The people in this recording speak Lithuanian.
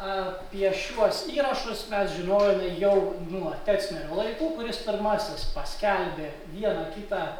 apie šiuos įrašus mes žinojome jau nuo tecnerio laikų kuris pirmasis paskelbė vieną kitą išrašą